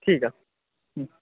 ঠিক আছে হুম